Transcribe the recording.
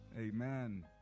Amen